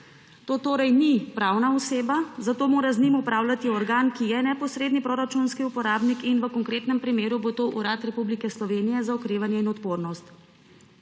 To torej ni pravna oseba, zato mora z njim upravljati organ, ki je neposredni proračunski uporabnik, in v konkretnem primeru bo to Urad Republike Slovenije za okrevanje in odpornost.